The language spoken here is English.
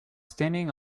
standing